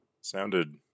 Sounded